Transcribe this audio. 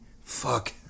Fuck